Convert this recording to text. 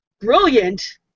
brilliant